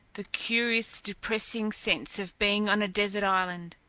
the curious, depressing sense of being on a desert island,